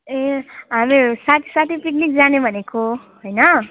ए हामीहरू साथी साथी पिकनिक जाने भनेको होइन